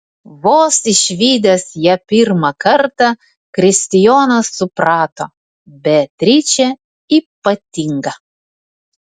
vos išvydęs ją pirmą kartą kristijonas suprato beatričė ypatinga